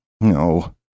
No